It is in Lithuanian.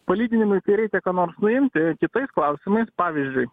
palyginimui kai reikia ką nors nuimti kitais klausimais pavyzdžiui